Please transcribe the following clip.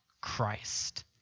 Christ